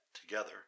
together